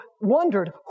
wondered